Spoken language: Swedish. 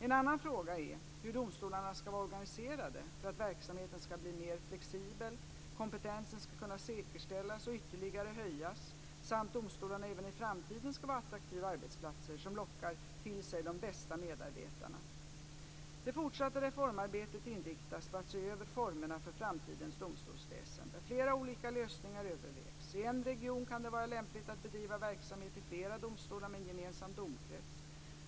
En annan fråga är hur domstolarna ska vara organiserade för att verksamheten ska bli mer flexibel, för att kompetensen ska kunna säkerställas och ytterligare höjas samt för att domstolarna även i framtiden ska vara attraktiva arbetsplatser som lockar till sig de bästa medarbetarna. Det fortsatta reformarbetet inriktas på att se över formerna för framtidens domstolsväsende. Flera olika lösningar övervägs. I en region kan det vara lämpligt att bedriva verksamhet i flera domstolar med en gemensam domkrets.